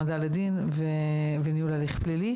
העמדה לדין וניהול הליך פלילי.